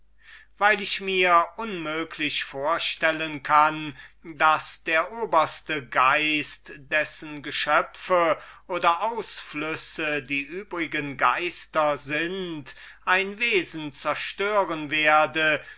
weil ich mir unmöglich vorstellen kann daß der oberste geist dessen geschöpfe oder ausflüsse die übrigen geister sind ein wesen zerstören werde